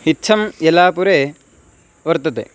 इत्थं यल्लापुरे वर्तते